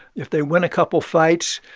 if they win a couple fights,